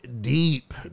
deep